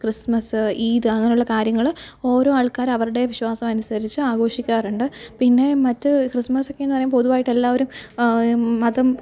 Christmas Eid അങ്ങനെയുള്ള കാര്യങ്ങൾ ഓരോ ആൾക്കാർ അവരുടെ വിശ്വാസമനുസരിച്ച് ആഘോഷിക്കാറുണ്ട് പിന്നേ മറ്റു ക്രിസ്മസ് ഒക്കെയെന്നു പറയുമ്പോൾ പൊതുവായിട്ടെല്ലാവരും മതം